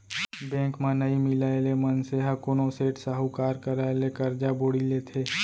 bank म नइ मिलय ले मनसे ह कोनो सेठ, साहूकार करा ले करजा बोड़ी लेथे